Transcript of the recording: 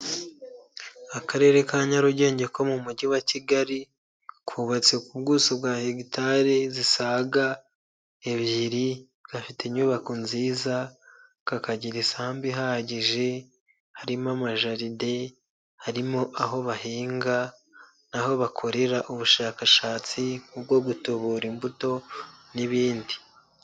Akarere ka Nyarugenge ko mu mujyi wa Kigali kubatse ku buso bwa hegitari zisaga ebyiri gafite inyubako nziza kakagira isambu ihagije harimo amajaride, harimo aho bahinga n'aho bakorera ubushakashatsi bwo gutubura imbuto n'ibindi.